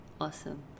Awesome